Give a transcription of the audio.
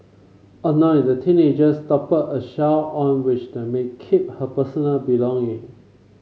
annoyed the teenagers toppled a shelf on which the maid kept her personal belonging